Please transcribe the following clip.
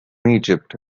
egypt